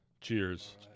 Cheers